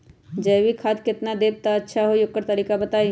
जैविक खाद केतना देब त अच्छा होइ ओकर तरीका बताई?